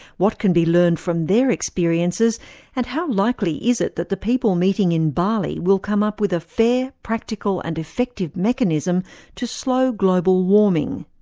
what can be learned from their experiences and how likely is it that the people meeting in bali will come up with a fair, practical and effective mechanism to slow global warming?